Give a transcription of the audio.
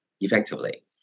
effectively